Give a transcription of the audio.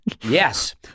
Yes